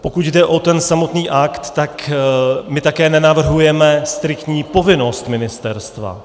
Pokud jde o ten samotný akt, tak my také nenavrhujeme striktní povinnost ministerstva.